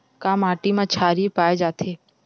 का माटी मा क्षारीय पाए जाथे?